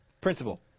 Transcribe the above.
principle